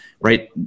right